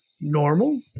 normal